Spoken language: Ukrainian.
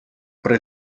при